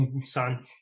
son